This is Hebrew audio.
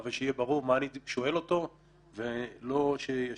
אני יודע שבמקומות אחרים, אבל כאן צריך